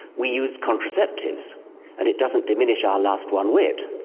we use contraceptives and it doesn't diminish our lust one whit,